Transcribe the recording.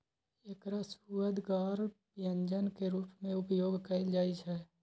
एकरा सुअदगर व्यंजन के रूप मे उपयोग कैल जाइ छै